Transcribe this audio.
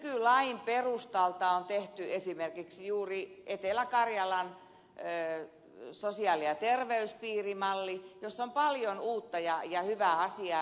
nykylain perustalta on tehty esimerkiksi juuri etelä karjalan sosiaali ja terveyspiirimalli jossa on paljon uutta ja hyvää asiaa